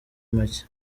macye